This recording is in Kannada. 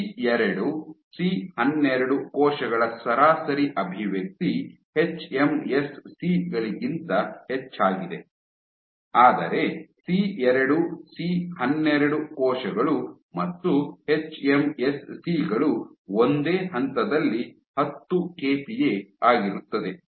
ಸಿ2 ಸಿ12 ಕೋಶಗಳ ಸರಾಸರಿ ಅಭಿವ್ಯಕ್ತಿ ಎಚ್ಎಂಎಸ್ಸಿ ಗಳಿಗಿಂತ ಹೆಚ್ಚಾಗಿದೆ ಆದರೆ ಸಿ2 ಸಿ12 ಕೋಶಗಳು ಮತ್ತು ಎಚ್ಎಂಎಸ್ಸಿ ಗಳು ಒಂದೇ ಹಂತದಲ್ಲಿ ಹತ್ತು ಕೆಪಿಎ ಆಗಿರುತ್ತದೆ